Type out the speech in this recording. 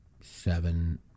seven